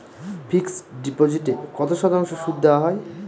Fixed ডিপোজিটে কত শতাংশ সুদ দেওয়া হয়?